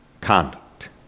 conduct